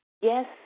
yes